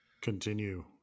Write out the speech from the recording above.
Continue